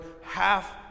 half